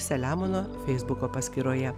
saliamono feisbuko paskyroje